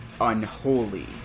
Unholy